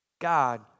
God